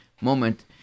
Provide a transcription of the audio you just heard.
moment